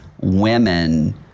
women